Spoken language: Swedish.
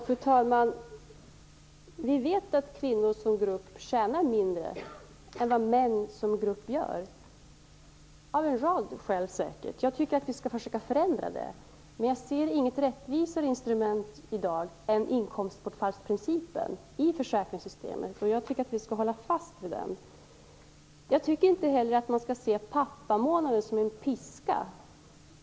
Fru talman! Vi vet att kvinnor som grupp tjänar mindre än vad män som grupp gör, säkert av en rad skäl. Jag tycker att vi skall försöka förändra det, men jag ser inget rättvisare instrument i dag än inkomstbortfallsprincipen i försäkringssystemet, och jag tycker att vi skall hålla fast vid den. Jag tycker inte heller att man skall se pappamånaden som en piska.